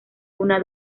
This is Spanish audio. una